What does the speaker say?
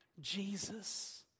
Jesus